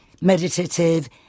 meditative